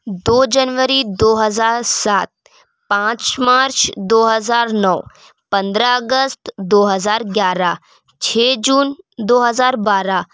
دو جنوری دو ہزار سات پانچ مارچ دو ہزار نو پندرہ اگست دو ہزار گیارہ چھ جون دو ہزار بارہ